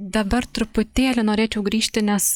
dabar truputėlį norėčiau grįžti nes